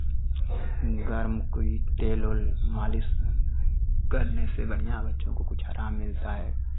गर्म कोई तेल उल मालिश करने से बढ़ियाँ बच्चों को कुछ आराम मिलता है